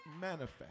manifest